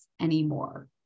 anymore